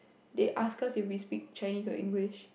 they asked us if we speak Chinese or English